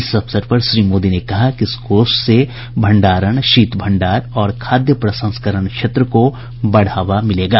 इस अवसर पर श्री मोदी ने कहा कि इस कोष से भंडारण शीत भंडार और खाद्य प्रसंस्करण क्षेत्र को बढ़ावा मिलेगा